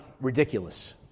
ridiculous